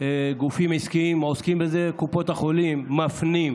עוסקים גופים עסקיים, וקופות החולים מפנות